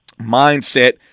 mindset